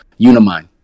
Unimine